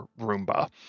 Roomba